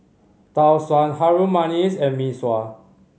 Tau Suan Harum Manis and Mee Sua